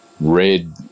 red